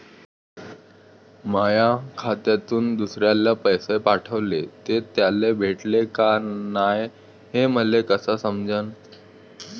माया खात्यातून दुसऱ्याले पैसे पाठवले, ते त्याले भेटले का नाय हे मले कस समजन?